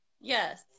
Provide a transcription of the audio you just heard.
Yes